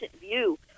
view